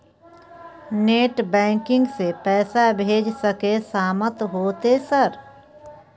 Net banking से पैसा भेज सके सामत होते सर?